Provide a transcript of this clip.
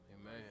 Amen